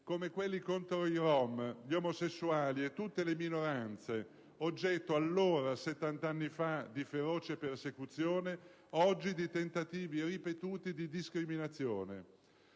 (come quelli contro i rom, gli omosessuali e tutte le minoranze) oggetto allora, 70 anni fa, di feroce persecuzione, e oggi di tentativi ripetuti di discriminazione.